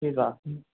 ठीकु आहे